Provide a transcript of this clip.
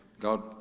God